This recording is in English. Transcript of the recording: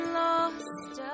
lost